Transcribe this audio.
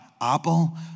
apple